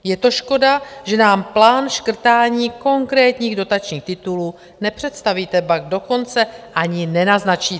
Je to škoda, že nám plán škrtání konkrétních dotačních titulů nepředstavíte, ba dokonce ani nenaznačíte.